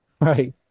Right